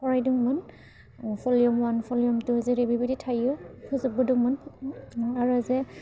फरायदोंमोन भलिअमन भलिअमन टु जेरै बेबायदि थायो फोजोबग्रोदोंमोन आरो जे